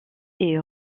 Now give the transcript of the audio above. est